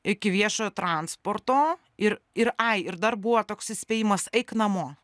iki viešojo transporto ir ir ai ir dar buvo toks įspėjimas eik namo